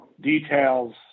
details